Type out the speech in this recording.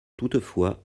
toutefois